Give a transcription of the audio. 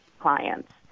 clients